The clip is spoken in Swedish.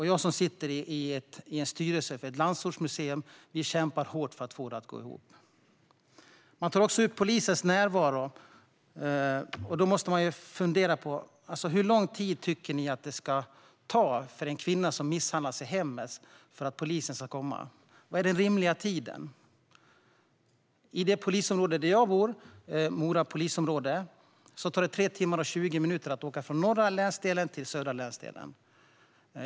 Jag sitter i styrelsen för ett landsbygdsmuseum, och vi kämpar hårt för att få det att gå ihop. Man tar också upp polisens närvaro. Hur lång tid tycker ni att det ska ta för polisen att komma till en kvinna som misshandlas i hemmet? Vilken tid är rimlig? I Mora polisområde, där jag bor, tar det 3 timmar och 20 minuter att åka från den norra till den södra länsdelen.